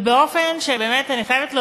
ובאופן, באמת, אני חייבת להודות,